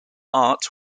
art